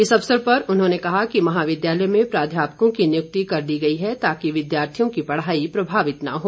इस अवसर पर उन्होंने कहा कि महाविद्यालय में प्राध्यापकों की नियुक्ति कर दी गई है ताकि विद्यार्थियों की पढ़ाई प्रभावित न हो